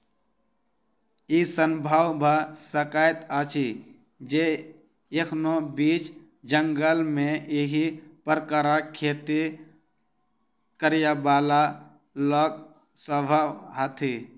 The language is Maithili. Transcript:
ई संभव भ सकैत अछि जे एखनो बीच जंगल मे एहि प्रकारक खेती करयबाला लोक सभ होथि